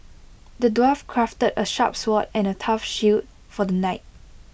the dwarf crafted A sharp sword and A tough shield for the knight